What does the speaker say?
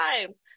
Times